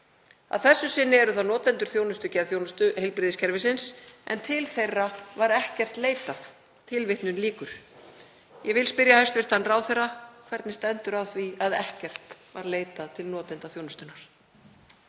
Að þessu sinni eru það notendur geðþjónustu heilbrigðiskerfisins en til þeirra var ekkert leitað.“ Ég vil spyrja hæstv. ráðherra: Hvernig stendur á því að ekkert var leitað til notenda þjónustunnar?